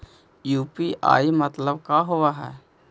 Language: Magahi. यु.पी.आई मतलब का होब हइ?